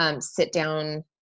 sit-down